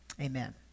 amen